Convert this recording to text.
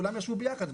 כולם ישנו ביחד,